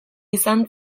izan